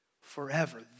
forever